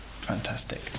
fantastic